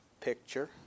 picture